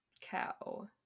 cow